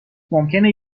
ممکنه